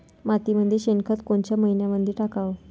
मातीमंदी शेणखत कोनच्या मइन्यामंधी टाकाव?